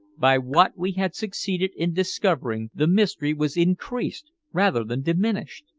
by what we had succeeded in discovering, the mystery was increased rather than diminished.